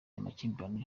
amakimbirane